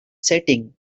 setting